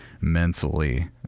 mentally